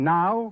now